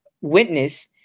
witness